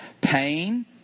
Pain